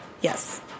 Yes